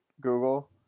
Google